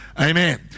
Amen